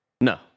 No